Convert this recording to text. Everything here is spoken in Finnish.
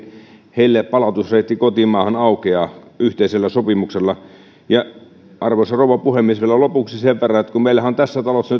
palautusreitti kotimaahan aukeaa yhteisellä sopimuksella arvoisa rouva puhemies vielä lopuksi sen verran että kun meillähän on tässä talossa